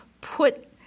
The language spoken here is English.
put